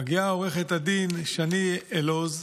מגיעה עו"ד שני אילוז,